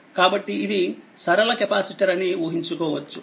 కాబట్టి ఇది సరళ కెపాసిటర్ అని ఊహించుకోవచ్చు